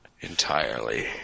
Entirely